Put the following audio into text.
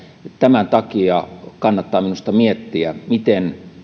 tämän takia kannattaa minusta miettiä miten